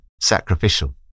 sacrificial